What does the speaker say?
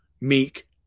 Meek